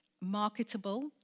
marketable